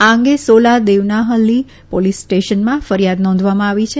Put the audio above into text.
આ અંગે સોલા દેવનાફલ્લી પોલીસ સ્ટેશનમાં ફરિયાદ નોંધવામાં આવી છે